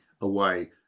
away